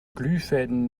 glühfäden